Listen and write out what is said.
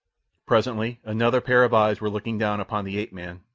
presently another pair of eyes were looking down upon the ape-man,